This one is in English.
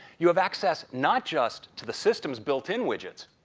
you have access not just to the system's built in widgets,